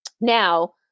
Now